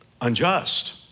unjust